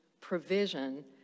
provision